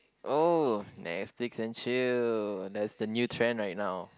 oh Netflix and chill that's the new trend right now